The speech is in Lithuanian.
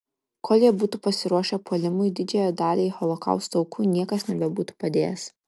kol jie būtų pasiruošę puolimui didžiajai daliai holokausto aukų niekas nebebūtų padėjęs